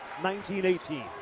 19-18